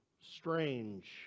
Strange